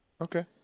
Okay